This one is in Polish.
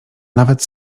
nawet